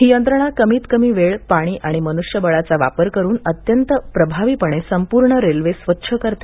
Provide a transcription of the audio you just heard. ही यंत्रणा कमीत कमी वेळ पाणी आणि मन्ष्य बळाचा वापर करून अत्यंत प्रभावीपणे संपूर्ण रेल्वे स्वछ करते